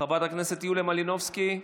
חברת הכנסת יוליה מלינובסקי,